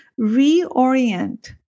reorient